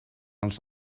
els